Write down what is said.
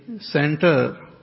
center